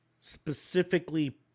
Specifically